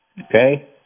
Okay